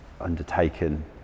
undertaken